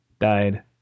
died